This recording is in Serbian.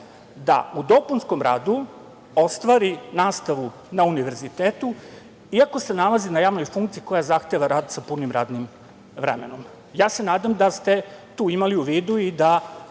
da u dopunskom radu ostvari nastavu na univerzitetu iako se nalazi na javnoj funkciji koja zahteva rad sa punim radnim vremenom. Ja se nadam da ste tu imali u vidu i da